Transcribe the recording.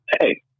Hey